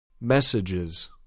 Messages